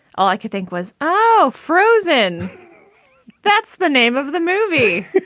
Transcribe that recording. all i could think was, oh, frozen that's the name of the movie.